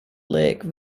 lake